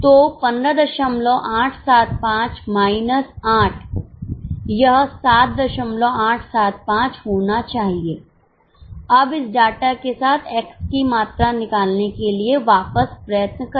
तो 15875 माइनस 8 यह 7875 होना चाहिए अब इस डाटा के साथ x की मात्रा निकालने के लिए वापस प्रयत्न करें